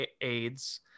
AIDS